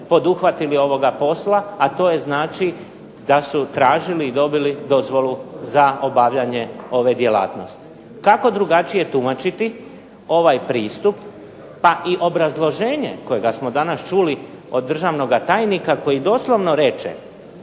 poduhvatili ovoga posla, a to je znači da su tražili i dobili dozvolu za obavljanje ove djelatnosti. Kako drugačije tumačiti ovaj pristup, pa i obrazloženje kojega smo danas čuli od državnoga tajnika koji doslovno reče